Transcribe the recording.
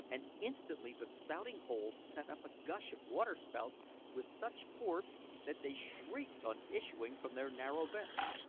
and instantly the spouting-holes sent up a gush of waterspouts with such force that they shrieked on issuing from their narrow vents.